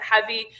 heavy